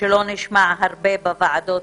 שלא נשמע הרבה פה בוועדות